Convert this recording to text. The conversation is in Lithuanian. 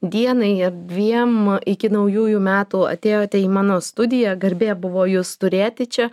dienai a dviem iki naujųjų metų atėjote į mano studiją garbė buvo jus turėti čia